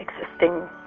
existing